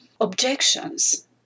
objections